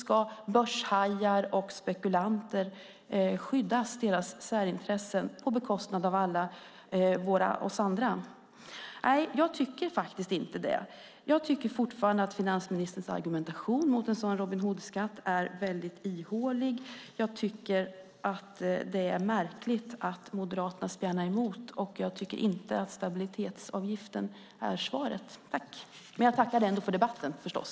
Ska börshajars och spekulanters särintressen skyddas på bekostnad av alla oss andra? Jag tycker faktiskt inte det. Jag tycker fortfarande att finansministerns argumentation mot en sådan Robin Hood-skatt är väldigt ihålig. Jag tycker att det är märkligt att Moderaterna spjärnar emot, och jag tycker inte att stabilitetsavgiften är svaret. Jag tackar dock ändå för debatten, förstås!